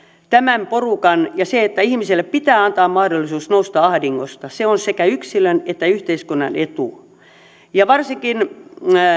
tämän porukan ja sen että ihmiselle pitää antaa mahdollisuus nousta ahdingosta se on sekä yksilön että yhteiskunnan etu varsinkin